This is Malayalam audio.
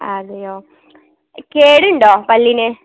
അതെയോ കേടുണ്ടോ പല്ലിന്